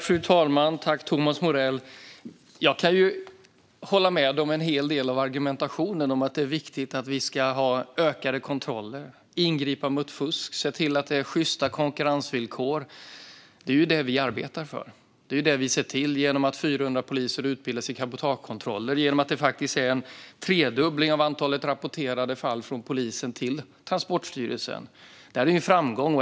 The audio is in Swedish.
Fru talman! Tack, Thomas Morell! Jag kan hålla med om en hel del av argumentationen. Vi ska ha ökade kontroller, ingripa mot fusk och se till är det är sjysta konkurrensvillkor. Det är det vi arbetar för. Det är det vi sett till nu när 400 poliser utbildas i cabotagekontroller och det skett en tredubbling av antalet rapporterade fall från polisen till Transportstyrelsen. Det är en framgång.